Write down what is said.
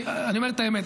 ואני אומר את האמת,